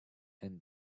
and